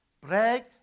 brag